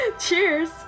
Cheers